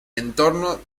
entorno